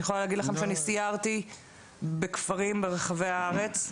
אני יכולה להגיד לכם שאני סיירתי בכפרים ברחבי הארץ,